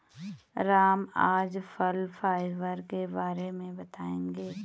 राम आज फल फाइबर के बारे में बताएँगे